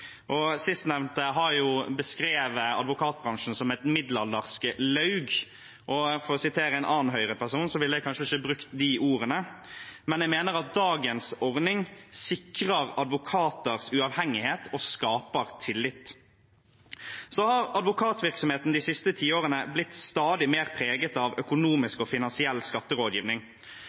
Sistnevnte parti har beskrevet advokatbransjen som et middelaldersk laug, og for å sitere en annen Høyre-person: Jeg ville kanskje ikke brukt de ordene, men jeg mener at dagens ordning sikrer advokaters uavhengighet og skaper tillit. Advokatvirksomheten har de siste tiårene blitt stadig mer preget av økonomisk og finansiell skatterådgivning.